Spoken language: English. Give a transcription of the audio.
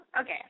Okay